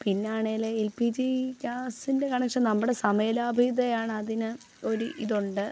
പിന്നെയാണെങ്കിൽ L P G ഗ്യാസിൻ്റെ connection നമ്മുടെ സമയം ലാഭ്യതയാണ് അതിന് ഒരു ഇതുണ്ട്